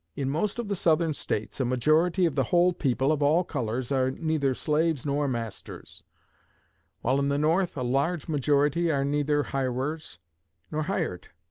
in most of the southern states, a majority of the whole people of all colors are neither slaves nor masters while in the north, a large majority are neither hirers nor hired.